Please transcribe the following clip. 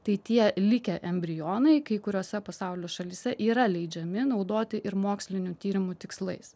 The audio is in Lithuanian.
tai tie likę embrionai kai kuriose pasaulio šalyse yra leidžiami naudoti ir mokslinių tyrimų tikslais